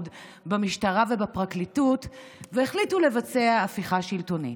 במשטרה ובפרקליטות והחליטו לבצע הפיכה שלטונית.